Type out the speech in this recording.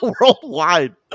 worldwide